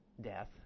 death